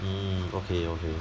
mm okay okay